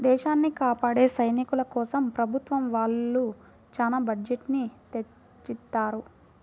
దేశాన్ని కాపాడే సైనికుల కోసం ప్రభుత్వం వాళ్ళు చానా బడ్జెట్ ని తెచ్చిత్తారు